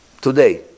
Today